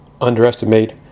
underestimate